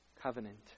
covenant